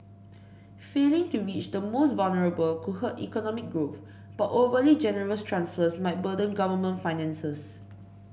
failing to reach the most vulnerable could hurt economic growth but overly generous transfers might burden government finances